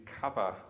cover